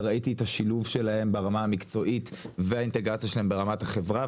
וראיתי את השילוב שלהן ברמה המקצועית והאינטגרציה שלהן ברמת החברה,